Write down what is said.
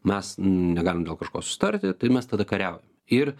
mes negalim dėl kažko susitarti tai mes tada kariaujam ir